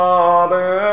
Father